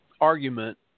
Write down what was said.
argument